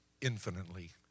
infinitely